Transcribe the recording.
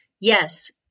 yes